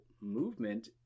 movement